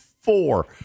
Four